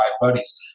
buddies